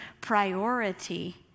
priority